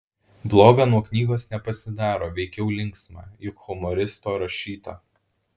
bloga nuo knygos nepasidaro veikiau linksma juk humoristo rašyta